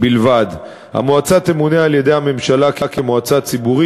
המועצה תמונה על-ידי הממשלה כמועצה ציבורית